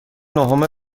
نهم